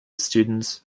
students